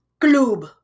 club